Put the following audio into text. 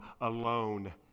alone